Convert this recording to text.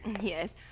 Yes